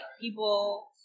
people